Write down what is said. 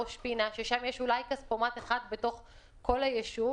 ראש פינה יש אולי כספומט אחד בתוך כל היישוב.